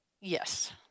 yes